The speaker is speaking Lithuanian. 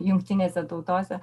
jungtinėse tautose